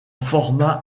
format